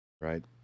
right